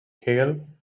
hegel